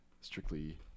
strictly